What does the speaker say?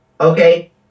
Okay